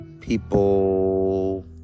people